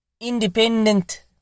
independent